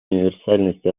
универсальность